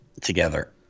together